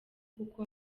kuko